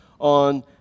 on